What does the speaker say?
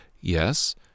Yes